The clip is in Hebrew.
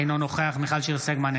אינו נוכח מיכל שיר סגמן,